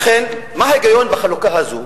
לכן, מה ההיגיון בחלוקה הזאת?